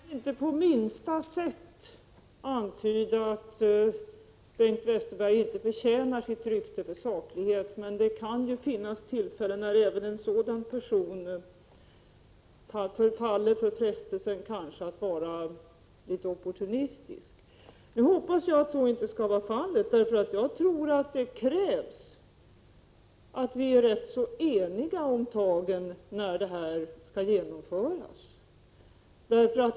Herr talman! Jag vill inte på minsta sätt antyda att Bengt Westerberg inte förtjänar sitt rykte för saklighet, men det kan ju finnas tillfällen då även en sådan person kanske faller för frestelsen att vara litet opportunistisk. Jag hoppas emellertid att så inte skall vara fallet, för jag tror att det krävs att vi är rätt eniga om tagen när detta skall genomföras.